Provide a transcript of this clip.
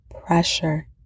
pressure